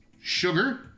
sugar